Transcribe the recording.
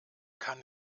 kann